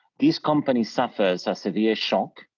this company suffers a severe shock,